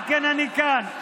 על כן אני כאן.